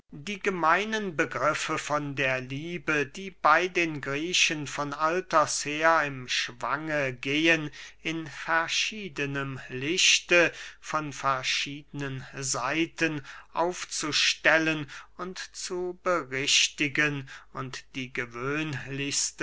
die gemeinen begriffe von der liebe die bey den griechen von alters her im schwange gehen in verschiedenem lichte von verschiedenen seiten aufzustellen und zu berichtigen und die gewöhnlichsten